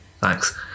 Thanks